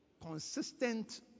consistent